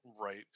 right